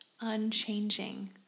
unchanging